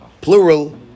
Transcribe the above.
plural